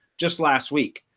just last week,